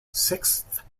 sixth